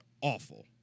awful